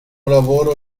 lavoro